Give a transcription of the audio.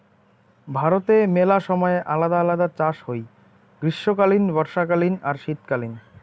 ভারতে মেলা সময় আলদা আলদা চাষ হই গ্রীষ্মকালীন, বর্ষাকালীন আর শীতকালীন